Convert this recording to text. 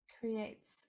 creates